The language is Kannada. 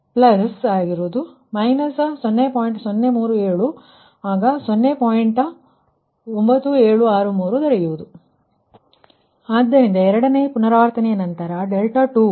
ಮೂರನೇ ಪುನರಾವರ್ತನೆಗಾಗಿ ನಾನು ಪ್ರಯತ್ನಿಸಿದ್ದೇನೆ ನೀವು ಇನ್ನೊಂದು ಪುನರಾವರ್ತನೆಗಾಗಿ ಪ್ರಯತ್ನಿಸಿದರೆ ಅದು ಒಳ್ಳೆಯದು ಆದ್ದರಿಂದ ಎಲ್ಲಾ ಡೇಟಾವನ್ನು ನೀಡಲಾಗಿದೆ ಆದರೆ ನೀವು ನ್ಯೂಟನ್ ರಾಫ್ಸನ್ ವಿಧಾನವನ್ನು ಸರಿಯಾಗಿ ಹಂತ ಹಂತವಾಗಿ ಹೇಗೆ ಮಾಡುತ್ತೇವೆ ಎಂದು ನೀವು ಅರ್ಥಮಾಡಿಕೊಂಡಿದ್ದೀರಿ